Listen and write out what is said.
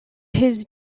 his